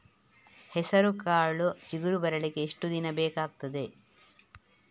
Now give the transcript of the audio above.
ಹೆಸರುಕಾಳು ಚಿಗುರು ಬರ್ಲಿಕ್ಕೆ ಎಷ್ಟು ದಿನ ಬೇಕಗ್ತಾದೆ?